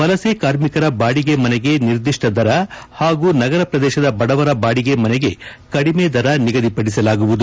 ವಲಸೆ ಕಾರ್ಮಿಕರ ಬಾಡಿಗೆ ಮನೆಗೆ ನಿರ್ದಿಷ್ಷ ದರ ಹಾಗೂ ನಗರ ಪ್ರದೇಶದ ಬಡವರ ಬಾಡಿಗೆ ಮನೆಗೆ ಕಡಿಮೆ ದರ ನಿಗದಿಪಡಿಸಲಾಗುವುದು